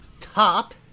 top